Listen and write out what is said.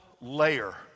layer